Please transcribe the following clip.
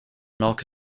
milk